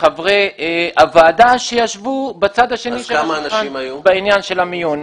וחברי הוועדה שישבו בצד השני של השולחן בעניין של המיון.